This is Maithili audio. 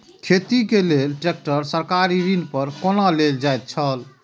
खेती के लेल ट्रेक्टर सरकारी ऋण पर कोना लेल जायत छल?